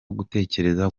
gutekereza